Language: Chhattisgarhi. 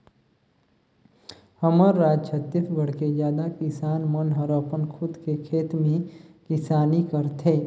हमर राज छत्तीसगढ़ के जादा किसान मन हर अपन खुद के खेत में किसानी करथे